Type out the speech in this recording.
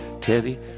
Teddy